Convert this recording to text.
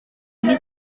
ini